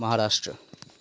Maharashtra